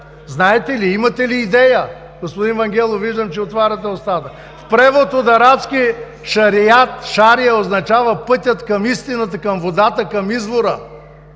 Знаете ли, имате ли идея? Господин Вангелов, виждам, че отваряте устата. В превод от арабски „Шариат“ – „Шари“, означава пътят към истината, към водата, към извора.